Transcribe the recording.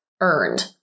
earned